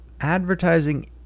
advertising